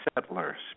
settlers